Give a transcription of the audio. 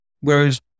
Whereas